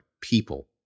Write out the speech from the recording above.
people